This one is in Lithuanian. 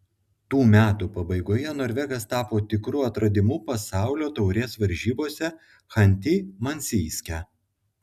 tų metų pabaigoje norvegas tapo tikru atradimu pasaulio taurės varžybose chanty mansijske